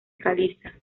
caliza